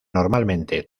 normalmente